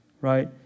right